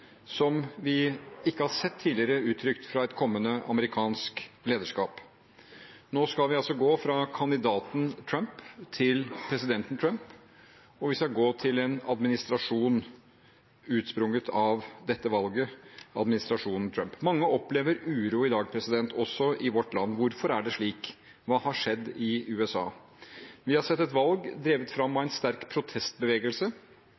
som vi ikke tidligere har sett uttrykt fra et kommende amerikansk lederskap. Nå skal vi altså gå fra kandidaten Trump til presidenten Trump, og vi skal gå til en administrasjon utsprunget av dette valget: administrasjonen Trump. Mange opplever uro i dag, også i vårt land. Hvorfor er det slik? Hva har skjedd i USA? Vi har sett et valg drevet fram av